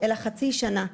אלא חצי שנה.